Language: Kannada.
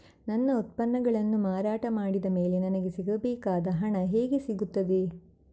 ನನ್ನ ಉತ್ಪನ್ನಗಳನ್ನು ಮಾರಾಟ ಮಾಡಿದ ಮೇಲೆ ನನಗೆ ಸಿಗಬೇಕಾದ ಹಣ ಹೇಗೆ ಸಿಗುತ್ತದೆ?